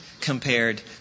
compared